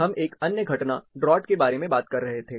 हम एक अन्य घटना ड्रॉट के बारे में बात कर रहे थे